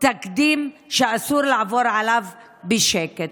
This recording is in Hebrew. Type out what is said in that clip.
תקדים שאסור לעבור עליו בשקט.